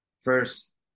first